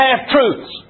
half-truths